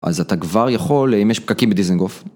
אז אתה כבר יכול אם יש פקקים בדיזנגוף.